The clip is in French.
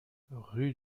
rue